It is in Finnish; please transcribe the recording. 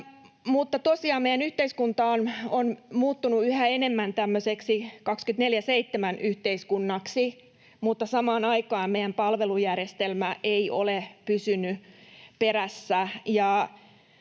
Tosiaan meidän yhteiskuntamme on muuttunut yhä enemmän tämmöiseksi 24/7-yhteiskunnaksi, mutta samaan aikaan meidän palvelujärjestelmä ei ole pysynyt perässä.